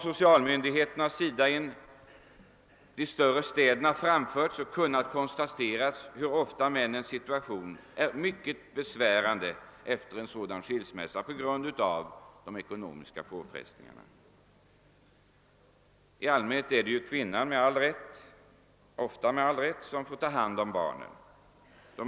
Socialmyndigheterna i de större städerna har kunnat konstatera, att männens situation efter en skilsmässa är mycket besvärande på grund av de ekonomiska påfrestningarna. I allmänhet får ju kvinnan — med all rätt — ta hand om barnen.